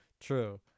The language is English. True